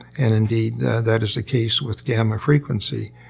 and indeed that is the case with gamma frequency.